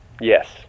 Yes